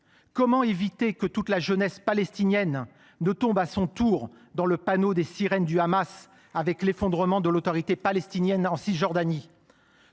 Comment éviter que toute la jeunesse palestinienne ne tombe à son tour dans le panneau des sirènes du Hamas, avec l’effondrement de l’autorité palestinienne en Cisjordanie ?